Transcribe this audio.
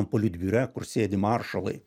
politbiure kur sėdi maršalai